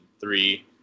three